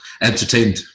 entertained